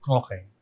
okay